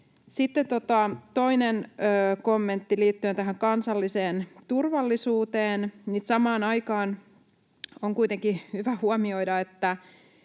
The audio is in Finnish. Sitten toinen kommentti liittyen tähän kansalliseen turvallisuuteen: Samaan aikaan on kuitenkin hyvä huomioida,